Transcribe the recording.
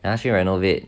then 他去 renovate